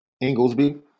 Inglesby